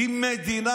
היא מדינה